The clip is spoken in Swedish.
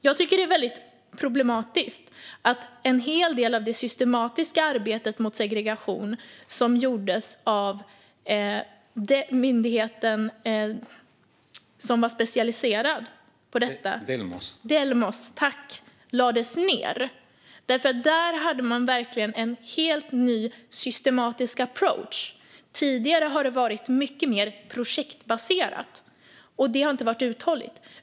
Jag tycker att det är väldigt problematiskt att en hel del av det systematiska arbetet mot segregation som gjordes av den myndighet som var specialiserad på detta, Delmos, lades ned. Där hade man nämligen en helt ny, systematisk approach. Tidigare har det varit mycket mer projektbaserat, och det har inte varit uthålligt.